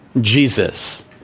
Jesus